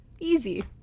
easy